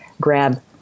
grab